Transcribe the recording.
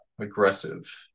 aggressive